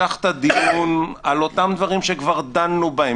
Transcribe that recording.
משכת דיון על אותם דברים שכבר דנו בהם.